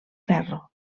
ferro